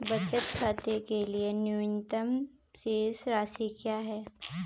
बचत खाते के लिए न्यूनतम शेष राशि क्या है?